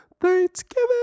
Thanksgiving